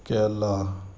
کہ اللہ